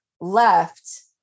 left